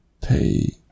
Pay